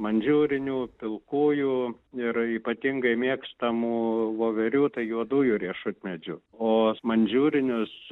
mandžiūrinių pilkųjų ir ypatingai mėgstamų voverių tai juodųjų riešutmedžių o mandžiūrinius